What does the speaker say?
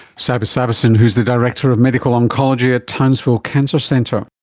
sabe sabesan who is the director of medical oncology at townsville cancer centre